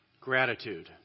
Gratitude